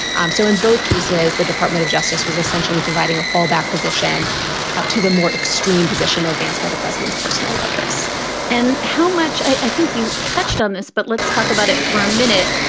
um so in both cases, the department of justice was essentially providing a fallback position to the more extreme position advanced by the president's personal lawyers and how much i think you touched on this. but let's talk about it for a minute.